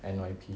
N_Y_P